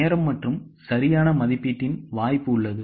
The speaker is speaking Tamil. நேரம் மற்றும் சரியான மதிப்பீட்டின் வாய்ப்பு உள்ளது